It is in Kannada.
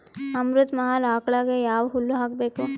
ಅಮೃತ ಮಹಲ್ ಆಕಳಗ ಯಾವ ಹುಲ್ಲು ಹಾಕಬೇಕು?